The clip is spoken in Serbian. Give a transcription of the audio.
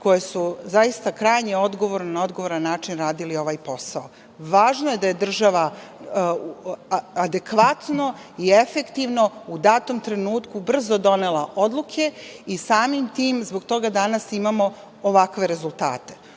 koje su zaista krajnje odgovorno, na odgovoran način radili ovaj posao. Važno je da je država adekvatno i efektivno u datom trenutku brzo donela odluke i samim tim zbog toga danas imamo ovakve rezultate. Ono